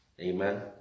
amen